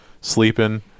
sleeping